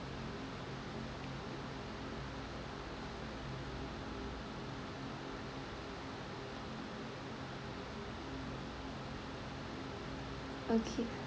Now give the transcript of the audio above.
okay